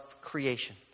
creation